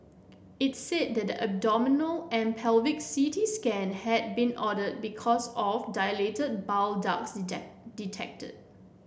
it's said the abdominal and pelvic C T scan had been ordered because of dilated bile ducts detected